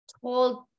told